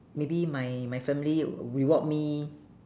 maybe my my family reward me